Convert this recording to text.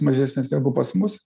mažesnės negu pas mus